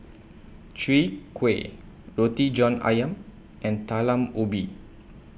Chwee Kueh Roti John Ayam and Talam Ubi